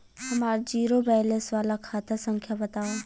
हमार zero balance वाला खाता संख्या वतावा?